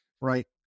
Right